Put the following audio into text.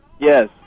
Yes